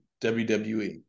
WWE